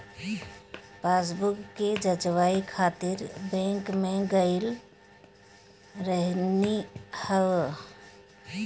passbook के जचवाए खातिर बैंक में गईल रहनी हअ